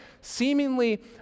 seemingly